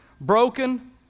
broken